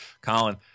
Colin